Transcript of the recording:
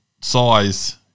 size